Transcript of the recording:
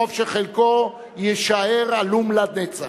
חוב שחלקו יישאר עלום לנצח.